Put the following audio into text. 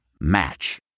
Match